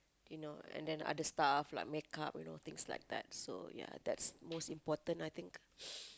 you know and then other stuff like make-up you know things like that so yeah that's most important I think